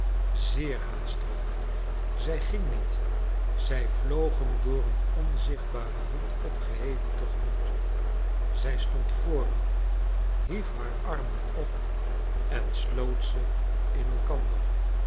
zeer haastig zij ging niet zij vloog hem door een onzichtbare hand opgeheven te gemoet zij stond voor hem hief haar armen op en sloot ze in elkander